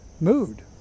mood